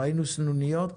ראינו סנוניות.